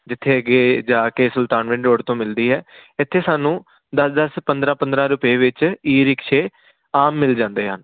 ਜਿੱਥੇ ਅੱਗੇ ਜਾ ਕੇ ਸੁਲਤਾਨਵਿੰਡ ਰੋਡ ਤੋਂ ਮਿਲਦੀ ਹੈ ਇੱਥੇ ਸਾਨੂੰ ਦਸ ਦਸ ਪੰਦਰਾਂ ਪੰਦਰਾਂ ਰੁਪਏ ਵਿੱਚ ਈ ਰਿਕਸ਼ੇ ਆਮ ਮਿਲ ਜਾਂਦੇ ਹਨ